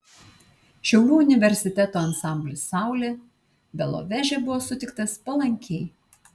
šiaulių universiteto ansamblis saulė beloveže buvo sutiktas palankiai